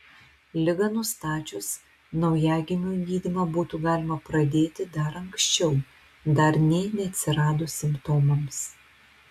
ligą nustačius naujagimiui gydymą būtų galima pradėti dar anksčiau dar nė neatsiradus simptomams